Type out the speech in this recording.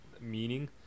meaning